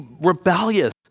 rebellious